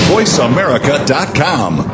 VoiceAmerica.com